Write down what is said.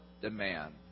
demand